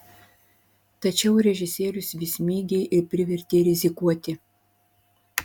tačiau režisierius vis mygė ir privertė rizikuoti